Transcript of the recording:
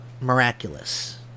Miraculous